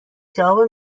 جواب